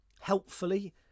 helpfully